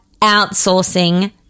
outsourcing